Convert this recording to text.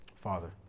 Father